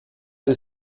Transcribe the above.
del